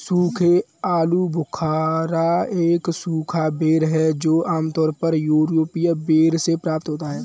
सूखे आलूबुखारा एक सूखा बेर है जो आमतौर पर यूरोपीय बेर से प्राप्त होता है